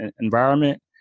environment